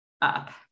up